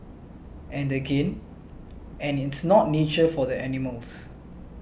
and again and it's not nature for the animals